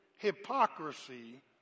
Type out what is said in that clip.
hypocrisy